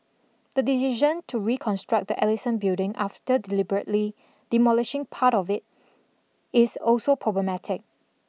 the decision to reconstruct the Ellison building after deliberately demolishing part of it is also problematic